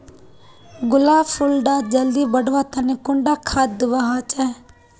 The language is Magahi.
गुलाब फुल डा जल्दी बढ़वा तने कुंडा खाद दूवा होछै?